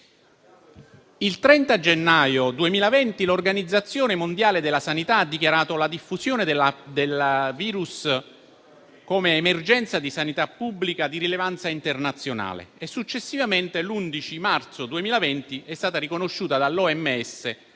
Il 30 gennaio 2020 l'Organizzazione mondiale della sanità (OMS) ha dichiarato la diffusione del virus come emergenza di sanità pubblica di rilevanza internazionale e successivamente, l'11 marzo 2020, è stata riconosciuta dall'OMS